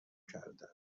کردم